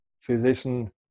physician